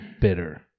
bitter